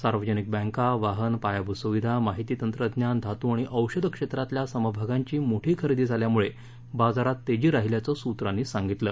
सार्वजनिक बँका वाहन पायाभूत सुविधा माहिती तंत्रज्ञान धातू आणि औषध क्षेत्रातल्या समभागांची मोठी खरेदी झाल्यामुळे बाजारात तेजी राहिल्याचं सूत्रांनी सांगितलं